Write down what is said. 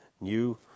new